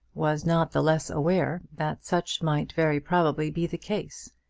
was not the less aware that such might very probably be the case.